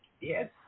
Yes